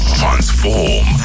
transform